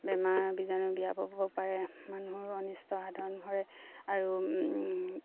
বেমাৰৰ বীজাণু বিয়পাব পাব পাৰে মানুহৰো অনিষ্ট সাধন হয় আৰু